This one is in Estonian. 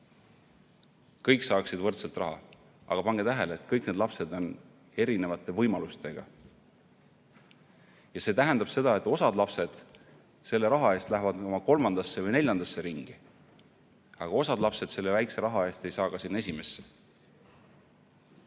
Kõik saaksid võrdselt raha. Aga pange tähele, et kõik lapsed on erinevate võimalustega. See tähendab seda, et osa lapsi läheb selle raha eest kolmandasse või neljandasse ringi, aga osa lapsi ei saa selle väikese raha eest ka sinna esimesse.